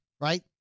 Right